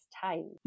Time